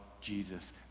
Jesus